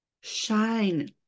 shine